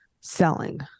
selling